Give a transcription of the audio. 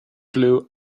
blue